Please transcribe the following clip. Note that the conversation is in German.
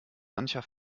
mancher